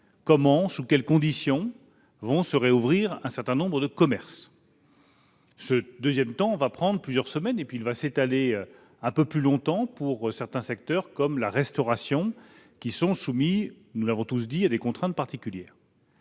pratiques, sous quelles conditions pourront se rouvrir un certain nombre de commerces. Ce deuxième temps s'étalera sur plusieurs semaines. Il durera un peu plus longtemps pour certains secteurs comme la restauration, qui sont soumis, nous l'avons tous dit, à des contraintes particulières.